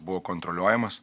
buvo kontroliuojamas